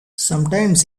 sometimes